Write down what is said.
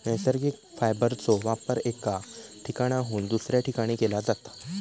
नैसर्गिक फायबरचो वापर एका ठिकाणाहून दुसऱ्या ठिकाणी केला जाता